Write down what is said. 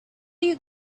you